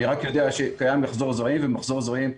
אני רק יודע שקיים מחזור זרעים ומחזור זרעים,